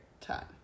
time